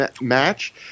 match